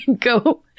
go